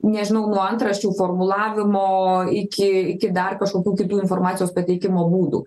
nežinau nuo antraščių formulavimo iki iki dar kažkokių kitų informacijos pateikimo būdų